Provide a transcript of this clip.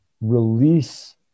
release